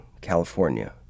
California